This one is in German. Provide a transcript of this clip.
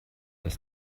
dass